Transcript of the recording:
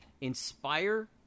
inspire